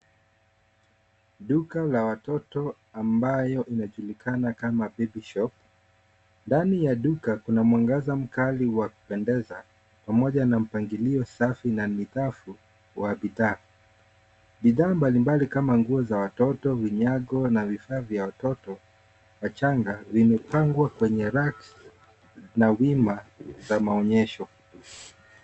Duka la watoto ambayo inajulikana kama baby shop . Ndani ya duka, kuna mwangaza mkali wa kupendeza pamoja na mpangilio safi na nidhafu wa bidhaa. Bidhaa mbalimbali kama nguo za watoto, vinyago na vifaa vya watoto wachanga vimepangwa kwenye racks na wima za maonyesho.